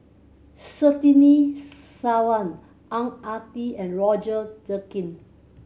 Surtini Sarwan Ang Ah Tee and Roger Jenkin